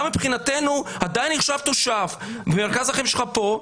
אתה מבחינתנו עדיין נחשב תושב ומרכז החיים שלך פה,